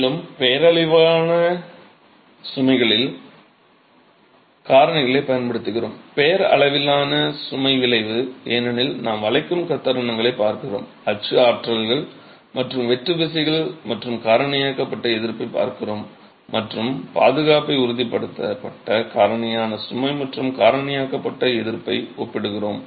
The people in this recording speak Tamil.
மேலும் பெயரளவிலான சுமைகளில் காரணிகளைப் பயன்படுத்துகிறோம் பெயரளவிலான சுமை விளைவு ஏனெனில் நாம் வளைக்கும் தருணங்களைப் பார்க்கிறோம் அச்சு ஆற்றல்கள் அல்லது வெட்டு விசைகள் மற்றும் காரணியாக்கப்பட்ட எதிர்ப்பைப் பார்க்கிறோம் மற்றும் பாதுகாப்பை உறுதிப்படுத்த காரணியான சுமை மற்றும் காரணியாக்கப்பட்ட எதிர்ப்பை ஒப்பிடுகிறோம்